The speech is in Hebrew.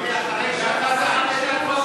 תשתה מים קרים